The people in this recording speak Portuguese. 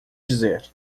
dizer